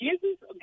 Jesus